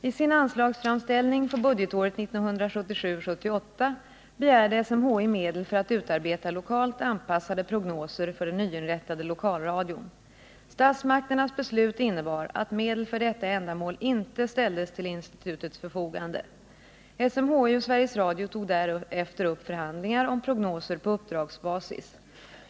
I sin anslagsframställning för budgetåret 1977/78 begärde SMHI medel för att utarbeta lokalt anpassade prognoser för den nyinrättade lokalradion. Statsmakternas beslut innebar att medel för detta ändamål inte ställdes till institutets förfogande. SMHI och Sveriges Radio tog därefter upp förhandlingar om prognoser på uppdragsbasis.